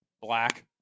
Black